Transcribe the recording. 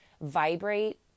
vibrate